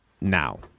now